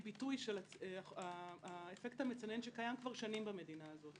היא ביטוי של האפקט המצנן שקיים כבר שנים במדינה הזו,